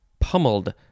pummeled